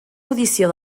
audició